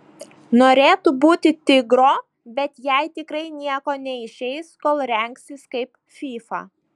norėtų būti tigro bet jai tikrai nieko neišeis kol rengsis kaip fyfa